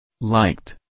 Liked